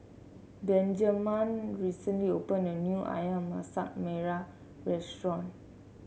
Benjaman recently opened a new ayam Masak Merah Restaurant